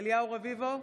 אליהו רביבו,